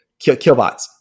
Killbots